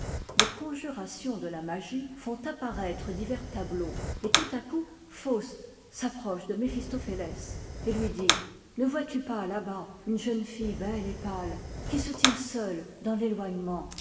les conjurations de la magie font apparaître divers tableaux et tout à coup faust s'approche de méphistophéiès et lui dit ne vois-tu pas là-bas une jeune fille belle et pâle qui se tient seule dans l'éloignement